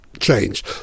Change